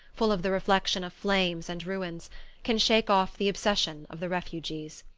full of the reflection of flames and ruins can shake off the obsession of the refugees.